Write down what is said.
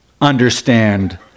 understand